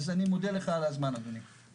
אני מודה לך על הזמן, אדוני.